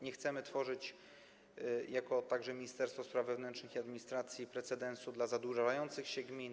Nie chcemy tworzyć jako Ministerstwo Spraw Wewnętrznych i Administracji precedensu dla zadłużających się gmin.